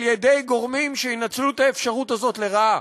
על-ידי גורמים שינצלו את האפשרות הזאת לרעה.